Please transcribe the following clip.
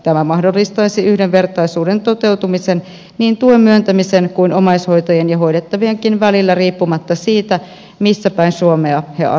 tämä mahdollistaisi yhdenvertaisuuden toteutumisen niin tuen myöntämisen kuin omaishoitajien ja hoidettavienkin välillä riippumatta siitä missäpäin suomea he asuvat